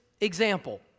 example